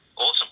Awesome